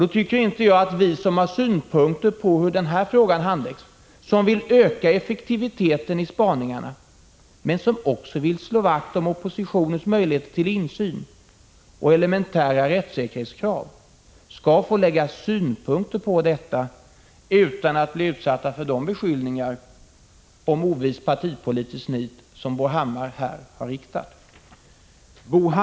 Då tycker jag att vi, som har synpunkter på hur den här frågan handläggs, som vill öka effektiviteten i spaningarna men som också vill slå vakt om oppositionens möjligheter till insyn och om viktiga rättssäkerhetskrav, skall få framföra dem utan att bli utsatta för de beskyllningar om ovist partipolitiskt nit som Bo Hammar riktar mot oss.